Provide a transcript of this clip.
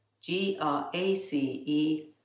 G-R-A-C-E